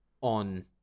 on